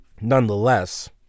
Nonetheless